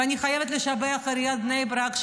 ואני חייבת לשבח את עיריית בני ברק,